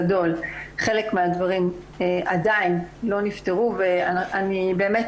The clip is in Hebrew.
רגע, אני רק